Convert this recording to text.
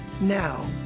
Now